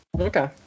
Okay